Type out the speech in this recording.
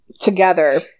together